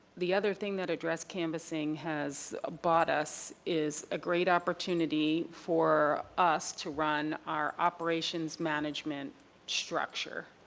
the other thing that address canvassing has bought us is a great opportunity for us to run our operations management structure.